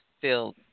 filled